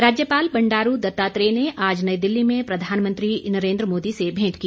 राज्यपाल राज्यपाल बंडारू दत्तात्रेय ने आज नई दिल्ली में प्रधानमंत्री नरेंद्र मोदी से भेंट की